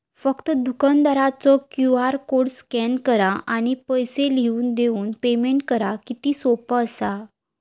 फक्त दुकानदारचो QR code scan करा आणि पैसे लिहून देऊन पेमेंट करा किती सोपा असा